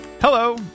Hello